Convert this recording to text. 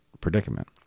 predicament